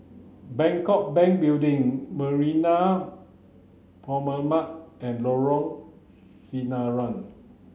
Bangkok Bank Building Marina Promenade and Lorong Sinaran